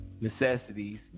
necessities